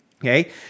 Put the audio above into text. okay